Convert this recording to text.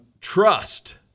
Trust